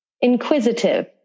Inquisitive